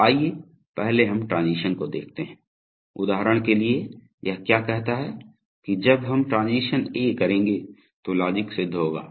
तो आइए पहले हम ट्रांजीशन को देखते हैं उदाहरण के लिए यह क्या कहता है कि जब हम ट्रांजीशन ए करेंगे तो लॉजिक सिद्ध होगा